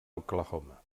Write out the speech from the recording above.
oklahoma